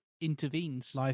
intervenes